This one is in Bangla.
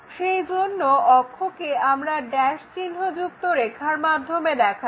সেইজন্য অক্ষকে আমরা ড্যাস্ চিহ্নযুক্ত রেখার মাধ্যমে দেখাচ্ছি